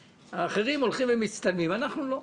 האחרים הולכים ומצטלמים, אנחנו לא.